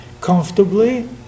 comfortably